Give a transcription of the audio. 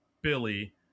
Billy